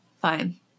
Fine